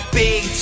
big